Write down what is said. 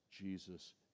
Jesus